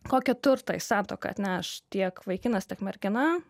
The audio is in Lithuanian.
kokią turtą į santuoką atneš tiek vaikinas tiek mergina